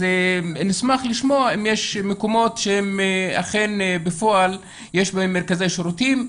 נשמח לשמוע אם יש מקומות שאכן בפועל יש בהם מרכזי שירותים.